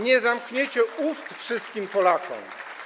Nie zamkniecie ust wszystkim Polakom.